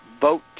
vote